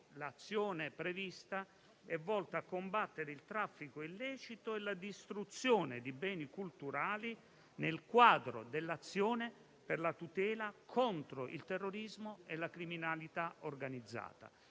l'azione prevista è volta a combattere il traffico illecito e la distruzione di beni culturali nel quadro dell'azione per la tutela contro il terrorismo e la criminalità organizzata,